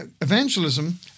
evangelism